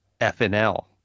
FNL